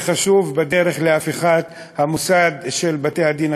זה חשוב בדרך להפיכת המוסד של בתי-הדין